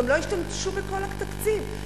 גם לא ישתמשו בכל התקציב.